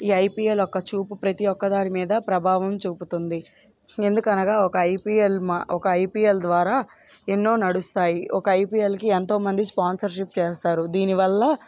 ఈ ఐపీఎల్ ఒక చూపు ప్రతి ఒక్కదాని మీద ప్రభావం చూపుతుంది ఎందుకనగా ఒక ఐపీఎల్ మా ఒక ఐపీఎల్ ద్వారా ఎన్నో నడుస్తాయి ఒక ఐపీఎల్కి ఎంతోమంది స్పాన్సర్షిప్ చేస్తారు దీనివల్ల